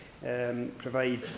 provide